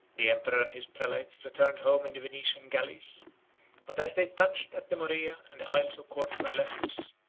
the emperor and his prelates returned home in the venetian galleys but as they touched at the morea and the isles of corfu and lesbos,